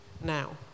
now